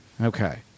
Okay